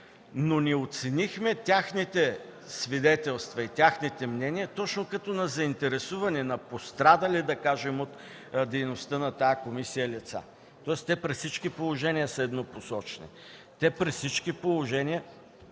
Не оценихме обаче техните свидетелства и техните мнения точно като на заинтересувани, на пострадали от дейността на тази комисия лица. Тоест те при всички положения са еднопосочни. При всички положения